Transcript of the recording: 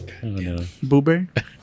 Boober